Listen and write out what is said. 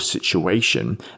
Situation